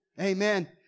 Amen